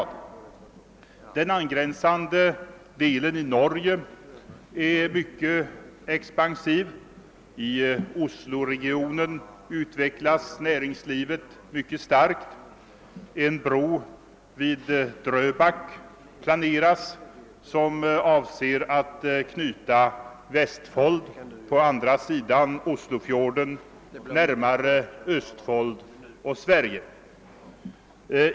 Den angränsande delen av Norge är mycket expansiv. I Osloregionen utvecklas näringslivet mycket starkt. En bro vid Dröbak planeras, varigenom man avser att närmare knyta Vestfold på den västra sidan av Oslofjorden till Östfold och Sverige.